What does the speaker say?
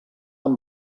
amb